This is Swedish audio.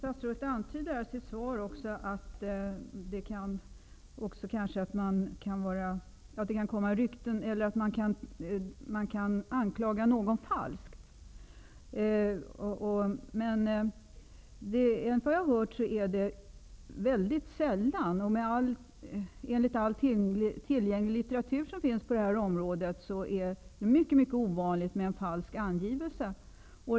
Fru talman! Statsrådet antyder i sitt svar att någon kan anklagas falskt, men enligt vad jag har hört förekommer det mycket sällan. Enligt all tillgänglig litteratur på det här området är det mycket ovanligt med en falsk angivelse.